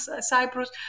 Cyprus